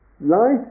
life